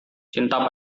cinta